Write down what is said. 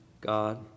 God